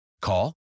Call